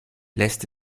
lässt